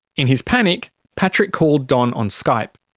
in his panic, patrick called don on skype.